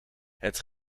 het